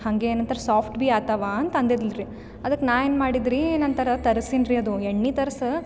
ಹಂಗೆ ನಂತರ ಸಾಫ್ಟ್ ಬಿ ಆಟಾವ ಅಂತ ಅಂದಿದ್ಲು ರೀ ಅದಕ್ಕೆ ನಾ ಏನು ಮಾಡಿದ್ದೆ ರೀ ನಂತರ ತರಸೀನಿ ರೀ ಅದು ಎಣ್ಣೆ ತರ್ಸಿ